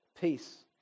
peace